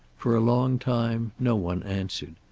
for a long time no one answered.